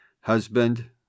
husband